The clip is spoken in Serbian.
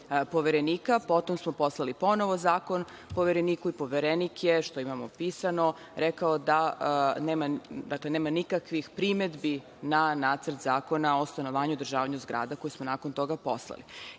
poverenika, potom smo poslali ponovo zakon povereniku i poverenik je, što imamo pisano, rekao da nema nikakvih primedbi na Nacrt zakona o stanovanju i održavanju zgrada koji smo nakon toga poslali. Kada